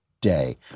day